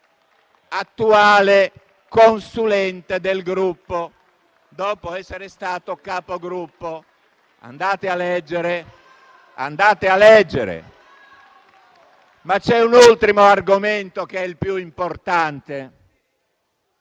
attuale consulente del Gruppo, dopo essere stato Capogruppo. Andate a leggere. Ma c'è un ultimo argomento, che è il più importante.